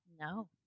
No